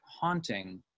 haunting